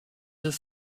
deux